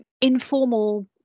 informal